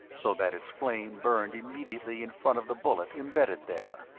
so that its flame burned immediately in front of the bullet embedded there!